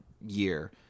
year